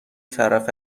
طرفه